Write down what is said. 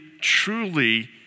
truly